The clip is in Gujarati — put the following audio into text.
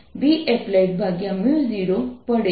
ds charged enclosed0 છે